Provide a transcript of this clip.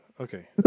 Okay